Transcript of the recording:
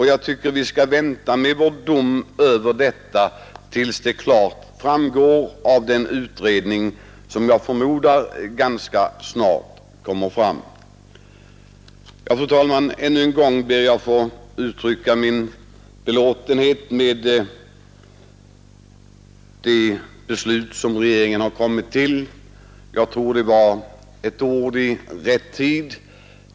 Jag tycker vi skall vänta med vår dom tills orsakerna klart framgår av den utredning som pågår och vars resultat jag förmodar ganska snart kommer att föreligga. Fru talman! Än en gång ber jag få uttrycka min belåtenhet med det beslut som regeringen har fattat. Jag tror det var ett ord i rätt tid.